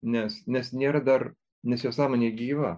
nes nes nėra dar nes jo sąmonė gyva